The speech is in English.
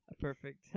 perfect